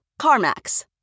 CarMax